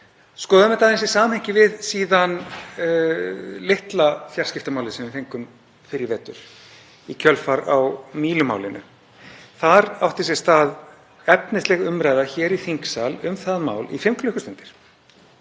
Skoðum þetta síðan aðeins í samhengi við litla fjarskiptamálið sem við fengum fyrr í vetur í kjölfar á Mílumálinu. Það átti sér stað efnisleg umræða í þingsal um það mál í fimm klukkustundir